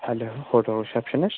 hello hotel receptionist